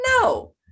no